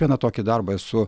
vieną tokį darbą esu